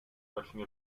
watching